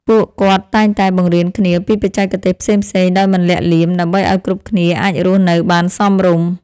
ពួកគាត់តែងតែបង្រៀនគ្នាពីបច្ចេកទេសផ្សេងៗដោយមិនលាក់លៀម ដើម្បីឱ្យគ្រប់គ្នាអាចរស់នៅបានសមរម្យ។